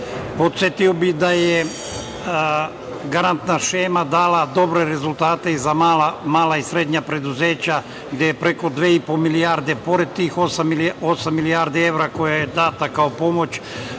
nama. Podsetio bih da je garantna šema dala dobre rezultate i za mala i srednja preduzeća, gde je preko dve i po milijarde pored tih osam milijardi evra koja je data kao pomoć,